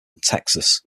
texas